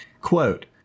Quote